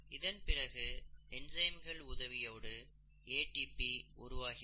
இதன்பிறகு என்சைம்கள் உதவியோடு ATP உருவாகிறது